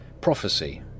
Prophecy